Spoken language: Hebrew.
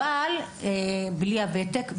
אבל, בלי הוותק.